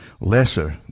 lesser